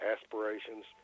aspirations